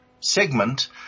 segment